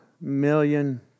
million